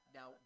Now